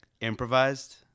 improvised